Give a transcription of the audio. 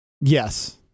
Yes